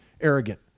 arrogant